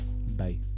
Bye